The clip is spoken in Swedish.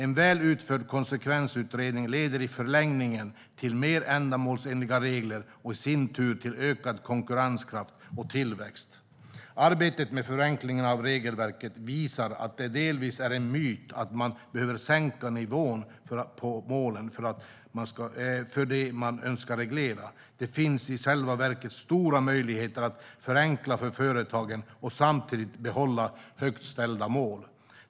En väl utförd konsekvensutredning leder i förlängningen till mer ändamålsenliga regler och i sin tur till ökad konkurrenskraft och tillväxt. Arbetet med förenkling av regelverk visar att det delvis är en myt att man behöver sänka nivån på målen för det man önskar reglera. Det finns i själva verket stora möjligheter att förenkla för företagen och samtidigt behålla högt ställda mål.